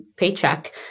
paycheck